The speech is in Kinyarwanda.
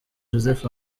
joseph